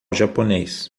japonês